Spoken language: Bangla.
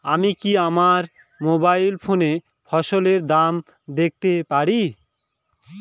আমি কি আমার মোবাইল ফোনে ফসলের দাম দেখতে পারি?